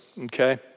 okay